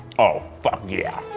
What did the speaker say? oh, fuck yeah.